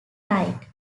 right